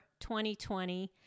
2020